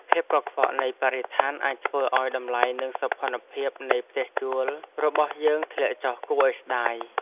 ភាពកខ្វក់នៃបរិស្ថានអាចធ្វើឱ្យតម្លៃនិងសោភ័ណភាពនៃផ្ទះជួលរបស់យើងធ្លាក់ចុះគួរឱ្យស្តាយ។